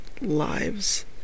lives